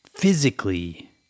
Physically